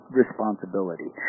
responsibility